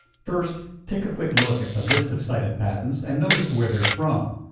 first take a quick look at the list of cited patents, and notice where they're from,